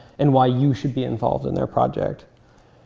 and why you should be involved in their project.